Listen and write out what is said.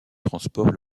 transport